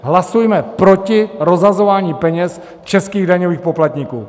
Hlasujme proti rozhazování peněz českých daňových poplatníků!